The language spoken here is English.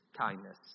kindness